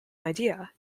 idea